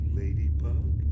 ladybug